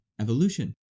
evolution